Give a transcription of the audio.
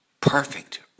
perfect